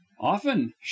Often